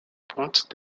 pointes